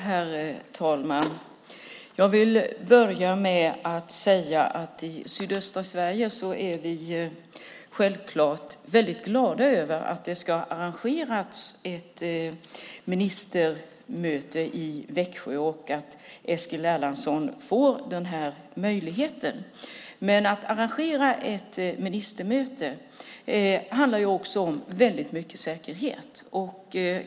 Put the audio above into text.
Herr talman! Jag vill börja med att säga att vi i sydöstra Sverige självklart är väldigt glada över att det ska arrangeras ett ministermöte i Växjö och att Eskil Erlandsson får denna möjlighet. Men att arrangera ett ministermöte handlar också om väldigt mycket säkerhet.